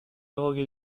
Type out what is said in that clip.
d’orgue